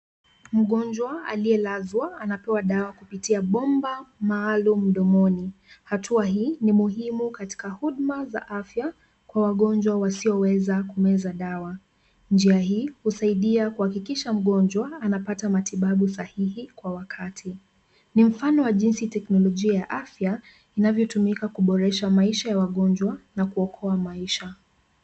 Mgonjwa aliyelazwa anapewa dawa kupitia bomba maalum mdomoni. Hatua hii ni muhimu katika huduma za afya kwa wagonjwa wasioweza kumeza dawa. Njia hii husaidia kuhakikisha mgonjwa anapata matibabu sahihi kwa wakati. Ni mfano wa jinsi teknolojia ya afya inavyotumika kuboresha maisha ya wagonjwa na kuokoa maisha.